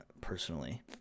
personally